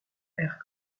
air